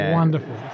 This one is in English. wonderful